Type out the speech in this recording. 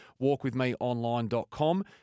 walkwithmeonline.com